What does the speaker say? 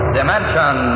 Dimension